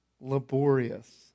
laborious